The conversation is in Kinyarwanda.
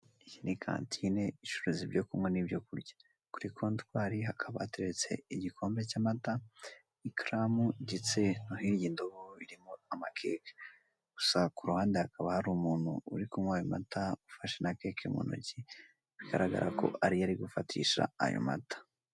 Iyi ni kantine icuruza ibyo kunywa n'ibyo kurya, kuri kontwari hakaba hateretse igikombe cy'amata, ikaramu ndetse n'iyi ndobo irimo amakeke, gusa kuruhande hakaba hari umuntu uri kunywa ayo amata ufashe na keke mu ntoki, bigaragara ko ariyo ari kunywesha ayo mata.